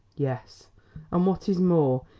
yes and what is more,